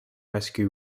rescue